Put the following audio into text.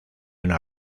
una